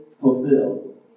fulfilled